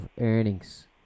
earnings